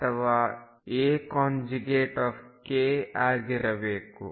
ಅಥವಾ Ak ಆಗಿರಬೇಕು